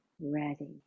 ready